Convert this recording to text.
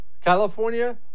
California